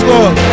Lord